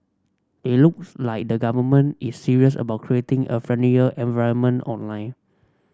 it looks like the government is serious about creating a friendlier environment online